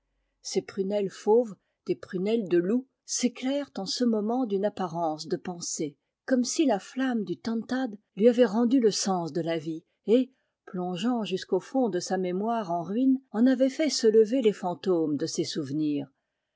ses prunelles fauves des prunelles de loup s'éclairent en ce moment d'une apparence de pensée comme si la flamme du tantad lui avait rendu le sens de la vie et plongeant jusqu'au fond de sa mémoire en ruine en avait fait se lever les fantômes de ses souvenirs